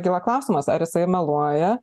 kyla klausimas ar jisai meluoja